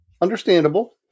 understandable